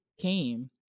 came